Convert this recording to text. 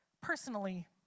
personally